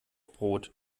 brot